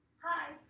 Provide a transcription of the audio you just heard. hi